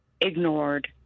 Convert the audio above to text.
ignored